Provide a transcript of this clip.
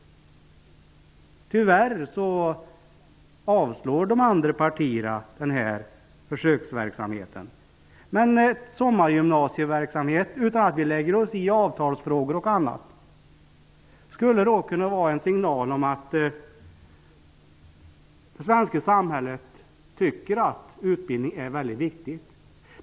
Tyvärr avstyrker de andra partierna förslaget om försöksverksamhet. Men sommargymnasieverksamhet -- vi lägger oss inte i avtalsfrågor och annat -- skulle kunna vara en signal om att man i det svenska samhället tycker att utbildning är mycket viktig.